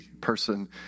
person